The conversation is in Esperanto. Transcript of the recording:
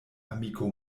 amiko